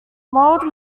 maud